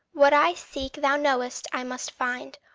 what i seek thou knowest i must find,